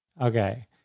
Okay